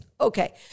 Okay